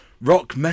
rock